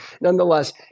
Nonetheless